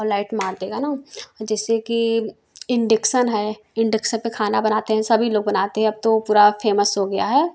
और लाइट मार देगा ना जैसे कि इंडिक्शन है इन्डक्शन पे खाना बनाते हैं सभी लोग बनाते हैं अब तो पूरा फेमस हो गया है